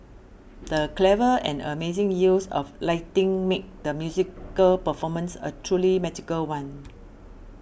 the clever and amazing use of lighting made the musical performance a truly magical one